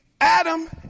Adam